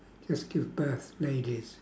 just give birth ladies